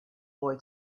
boy